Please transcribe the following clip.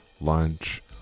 lunch